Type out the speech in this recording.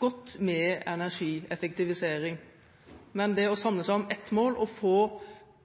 godt med energieffektivisering. Men det å samle seg om ett mål og få